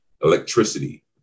electricity